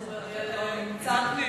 לא נמצא.